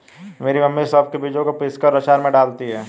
मेरी मम्मी सौंफ के बीजों को पीसकर अचार में डालती हैं